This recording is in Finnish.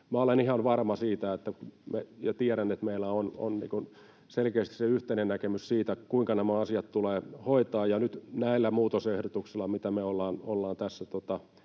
olen ihan varma siitä ja tiedän, että meillä on selkeästi se yhteinen näkemys siitä, kuinka nämä asiat tulee hoitaa, ja nyt näillä muutosehdotuksilla, mitä me ollaan tässä